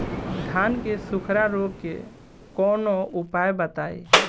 धान के सुखड़ा रोग के कौनोउपाय बताई?